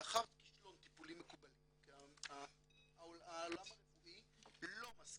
לאחר כשלון טיפולים מקובלים כי העולם הרפואי לא מסכים,